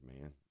man